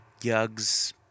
Yugs